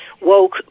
woke